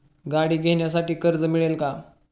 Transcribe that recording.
गाडी घेण्यासाठी कर्ज मिळेल का?